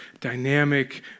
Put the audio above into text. dynamic